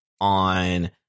on